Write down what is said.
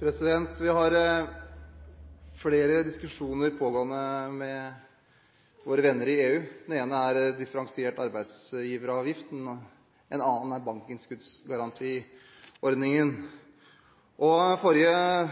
hovedspørsmål. Vi har flere diskusjoner gående med våre venner i EU. En er om differensiert arbeidsgiveravgift, en annen er om bankinnskuddsgarantiordningen. Forrige